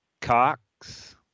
Cox